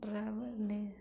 driver ਨੇ